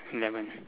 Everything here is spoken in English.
eleven